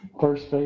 First